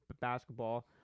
basketball